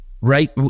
right